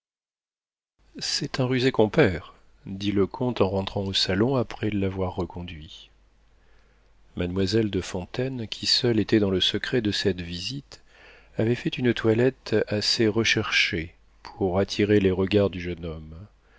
c'est un rusé compère dit le comte en rentrant au salon après l'avoir reconduit mademoiselle de fontaine qui seule était dans le secret de cette visite avait fait une toilette assez recherchée pour attirer les regards du jeune homme